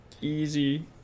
easy